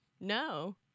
No